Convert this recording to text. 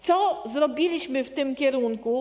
Co zrobiliśmy w tym kierunku?